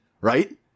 right